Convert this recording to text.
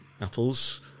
apples